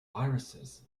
viruses